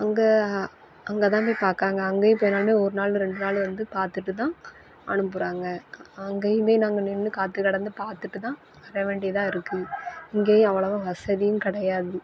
அங்கே அங்கே தான் போய் பார்க்கறாங்க அங்கேயும் இப்போ எல்லாருமே ஒரு நாள் இல்லை ரெண்டு நாள் வந்து பார்த்துட்டு தான் அனுப்புகிறாங்க அங்கேயுமே நாங்கள் நின்று காத்துக்கடந்து பார்த்துட்டு தான் வர வேண்டியதாக இருக்கு இங்கேயும் அவ்வளோவா வசதியும் கிடையாது